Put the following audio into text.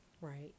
Right